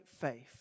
faith